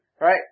Right